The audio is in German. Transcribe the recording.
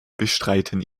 bestreiten